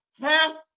half